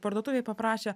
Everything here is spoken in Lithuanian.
parduotuvėj paprašė